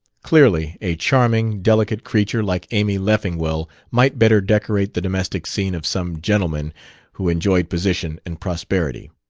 clearly a charming, delicate creature like amy leffingwell might better decorate the domestic scene of some gentleman who enjoyed position and prosperity.